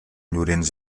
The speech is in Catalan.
llorenç